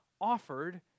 offered